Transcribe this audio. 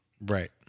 right